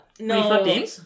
No